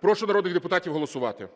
Прошу народних депутатів голосувати.